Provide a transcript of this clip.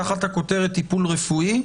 תחת הכותרת טיפול רפואי,